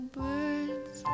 birds